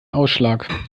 ausschlag